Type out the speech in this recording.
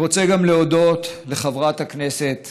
אני רוצה גם להודות לחברת הכנסת